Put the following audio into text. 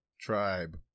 tribe